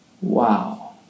Wow